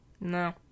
No